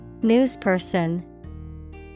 Newsperson